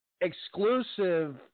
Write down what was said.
exclusive